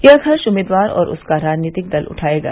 यह खर्च उम्मीदवार और उसका राजनीतिक दल उठायेगा